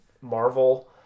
Marvel